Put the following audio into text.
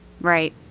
Right